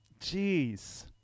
Jeez